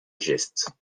geste